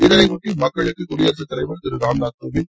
இதனை ஒட்டி மக்களுக்கு குடியரசுத்தலைவர் திரு ராம்நாத் கோவிந்த்